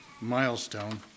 milestone